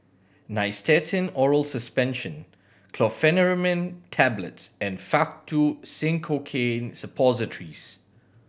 Nystatin Oral Suspension Chlorpheniramine Tablets and Faktu Cinchocaine Suppositories